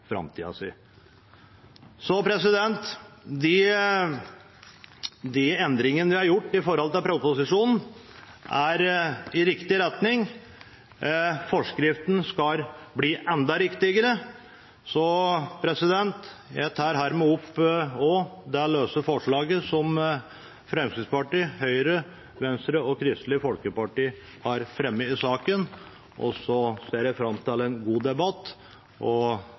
framtida si. De endringene vi har gjort i forhold til proposisjonen, er i riktig retning. Forskriften skal bli enda riktigere. Jeg tar hermed opp det løse forslaget som Fremskrittspartiet, Høyre, Venstre og Kristelig Folkeparti har fremmet i saken, og så ser jeg fram til en god debatt og